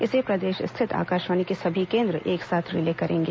इसे प्रदेश स्थित आकाशवाणी के सभी केंद्र एक साथ रिले करेंगे